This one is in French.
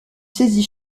saisie